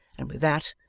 and with that,